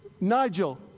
Nigel